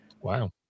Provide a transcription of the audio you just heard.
Wow